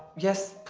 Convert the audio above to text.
yes,